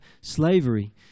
slavery